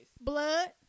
Blood